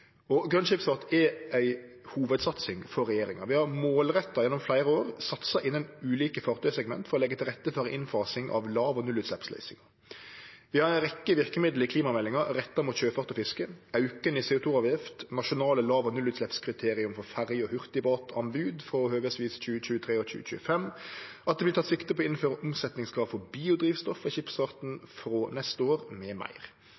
Og grøn skipsfart er ei hovudsatsing for regjeringa. Vi har målretta og gjennom fleire år satsa innan ulike fartøysegment for å leggje til rette for innfasing av lav- og nullutsleppsløysingar. Vi har ei rekkje verkemiddel i klimameldinga retta inn mot sjøfart og fiske: auken i CO 2 -avgift, nasjonale lav- og nullutsleppskriterium for ferje- og hurtigbåtanbod for høvesvis 2023 og 2025, at det vert teke sikte på å innføre omsetnadskrav for biodrivstoff i skipsfarten frå neste år, m.m. I tillegg bidrar vi med